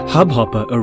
Hubhopper